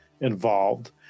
involved